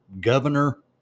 Governor